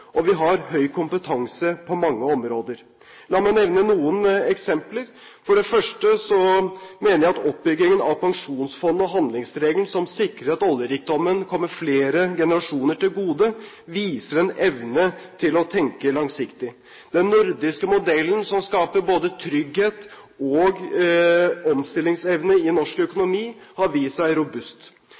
og vi har høy kompetanse på mange områder. La meg nevne noen eksempler. For det første mener jeg at oppbyggingen av Pensjonsfondet og handlingsregelen som sikrer at oljerikdommen kommer flere generasjoner til gode, viser en evne til å tenke langsiktig. Den nordiske modellen som skaper både trygghet og omstillingsevne i norsk økonomi, har vist seg robust.